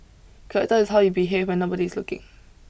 character is how you behave when nobody is looking